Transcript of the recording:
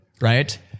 right